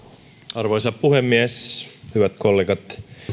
arvoisa puhemies hyvät kollegat